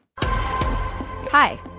Hi